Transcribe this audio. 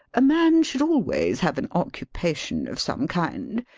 a man should always have an occupation of some kind.